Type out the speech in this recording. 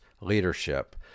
Leadership